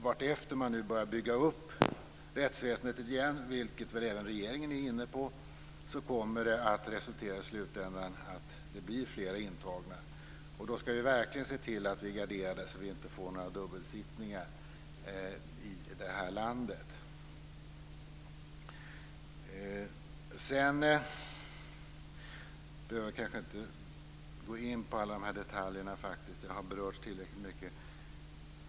Vartefter man nu på nytt börjar bygga upp rättsväsendet - vilket väl också regeringen är inne på - kommer resultatet att bli fler intagna. Då skall vi verkligen se till att vi är garderade, så att vi inte får några dubbelsittningar i det här landet. Jag behöver kanske inte gå in på alla detaljer. De har berörts tillräckligt mycket.